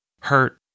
hurt